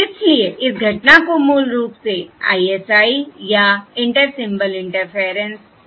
इसलिए इस घटना को मूल रूप से ISI या इंटर सिंबल इंटरफेयरेंस कहा जाता है